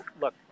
Look